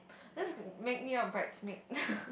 let's make me your bridesmaid